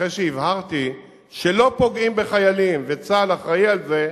אחרי שהבהרתי שלא פוגעים בחיילים וצה"ל אחראי לזה,